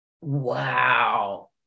Wow